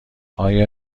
آیا